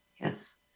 Yes